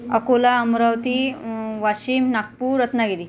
Akola Amravati Washim Nagpur Ratnagiri